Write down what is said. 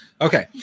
Okay